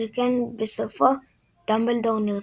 שכן בסופו דמבלדור נרצח.